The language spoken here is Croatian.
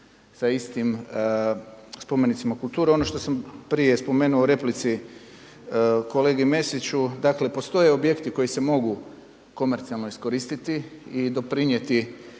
sa istim spomenicima kulture, ono što sam prije spomenuo u replici kolegi Mesiću, dakle postoje objekti koji se mogu komercijalno iskoristiti i doprinijeti